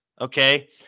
okay